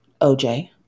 OJ